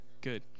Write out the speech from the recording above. good